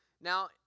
now